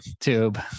tube